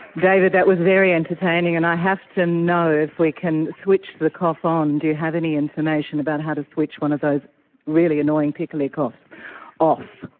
david, that was very entertaining. and i have to know if we can switch the cough on, do you have any information about how to switch one of those really annoying tickly coughs off?